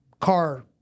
Car